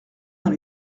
dans